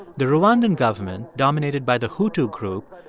the rwandan government, dominated by the hutu group,